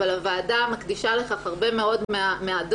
אבל הוועדה מקדישה לכך הרבה מאוד מהדוח,